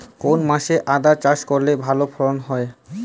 কোন মাসে আদা চাষ করলে ভালো ফলন হয়?